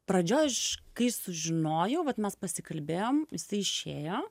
pradžioj aš kai sužinojau vat mes pasikalbėjom jisai išėjo